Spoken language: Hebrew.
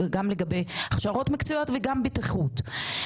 גם לגבי הכשרות מקצועיות וגם לגבי בטיחות.